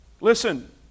Listen